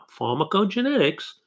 pharmacogenetics